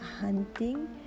hunting